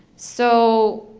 so